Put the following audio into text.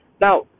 now